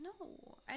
no